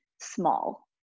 small